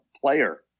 player